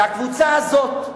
והקבוצה הזאת,